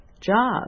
job